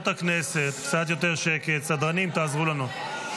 קצת יותר שקט, סדרנים, תעזרו לנו.